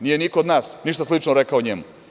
Nije niko od nas ništa slično rekao o njemu.